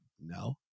no